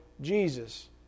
Jesus